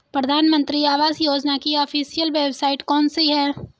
प्रधानमंत्री आवास योजना की ऑफिशियल वेबसाइट कौन सी है?